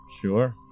Sure